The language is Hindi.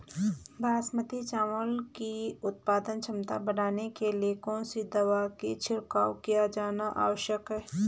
बासमती चावल की उत्पादन क्षमता बढ़ाने के लिए कौन सी दवा का छिड़काव किया जाना आवश्यक है?